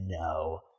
no